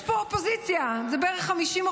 יש פה אופוזיציה, זה בערך 50%,